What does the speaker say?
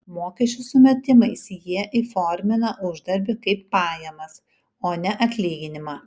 mokesčių sumetimais jie įformina uždarbį kaip pajamas o ne atlyginimą